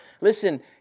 Listen